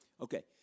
Okay